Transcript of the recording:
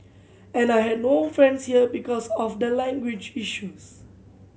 and I had no friends here because of the language issues